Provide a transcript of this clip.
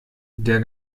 der